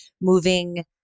moving